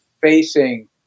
facing